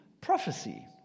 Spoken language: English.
prophecy